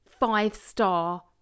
five-star